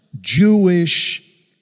Jewish